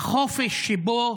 החופש שבו